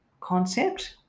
concept